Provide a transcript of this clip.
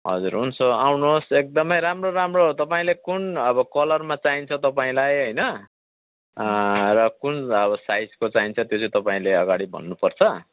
हजुर हुन्छ आउनुहोस् एकदमै राम्रो राम्रो तपाईँले कुन अब कलरमा चाहिन्छ तपाईँलाई होइन र कुन अब साइजको चाहिन्छ त्यो चाहिँ तपाईँले अगाडि भन्नुपर्छ